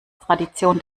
tradition